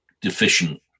deficient